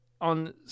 on